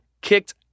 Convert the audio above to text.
kicked